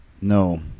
No